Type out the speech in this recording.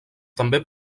també